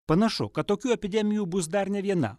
panašu kad tokių epidemijų bus dar ne viena